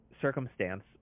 circumstance